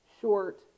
short